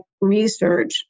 research